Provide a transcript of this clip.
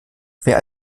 wer